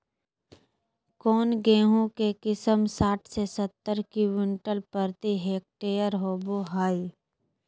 कौन गेंहू के किस्म साठ से सत्तर क्विंटल प्रति हेक्टेयर होबो हाय?